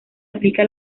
aplica